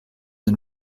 and